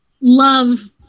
love